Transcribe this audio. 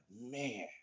man